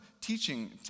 teaching